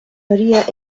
maria